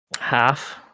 half